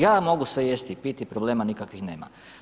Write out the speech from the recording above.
Ja mogu sve jesti i piti, problema nikakvih nema.